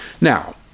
Now